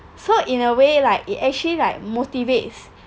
so in a way like it actually like motivates